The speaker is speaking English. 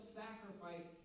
sacrifice